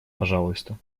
пожалуйста